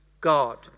God